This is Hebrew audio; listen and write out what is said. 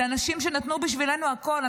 אלה אנשים שנתנו בשבילנו הכול,